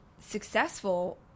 successful